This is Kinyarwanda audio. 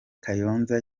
kayonza